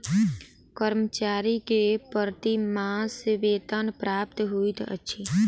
कर्मचारी के प्रति मास वेतन प्राप्त होइत अछि